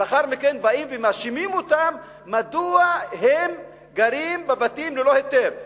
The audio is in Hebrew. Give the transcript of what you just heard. לאחר מכן באים ומאשימים אותם מדוע הם גרים בבתים ללא היתר.